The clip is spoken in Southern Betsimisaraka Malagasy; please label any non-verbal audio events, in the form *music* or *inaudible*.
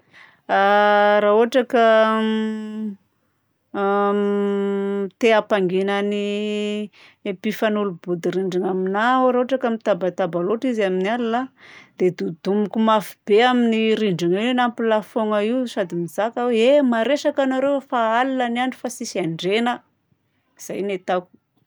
*hesitation* Raha ohatra ka *hesitation* am *hesitation* te hampangina ny mpifanolo-bodirindrina aminahy aho raha ohatra ka mitabataba loatra izy amin'ny alina, dia dodomiko mafy be amin'ny rindrina io na plafond io sady mizaka ao hoe eh maresaka anareo ao fa alina ny andro fa tsisy andrena. Zay no ataoko.